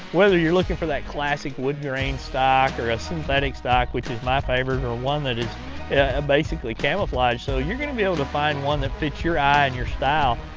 whether you're looking for that classic woodgrain stock, or a synthetic stock which is my favorite, or one that is ah basically camoflauge. so you're going to be able to find one that fits your eye and your style.